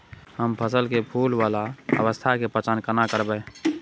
हम फसल में फुल वाला अवस्था के पहचान केना करबै?